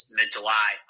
mid-July